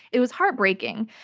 it was heartbreaking.